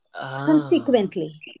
consequently